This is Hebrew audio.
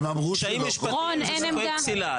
הם אמרו שלא קבעו עמדה.